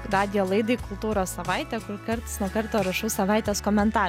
radijo laidai kultūros savaitė kur karts nuo karto rašaus savaitės komentarą